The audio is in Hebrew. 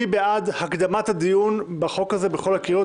מי בעד הקדמת הדיון בחוק הזה בכל הקריאות,